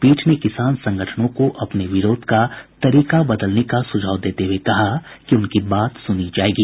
पीठ ने किसान संगठनों को अपने विरोध का तरीका बदलने का सुझाव देते हुए कहा कि उनकी बात सुनी जायेगी